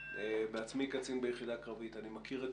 אני בעצמי הייתי קצין ביחידה קרבית ואני מכיר את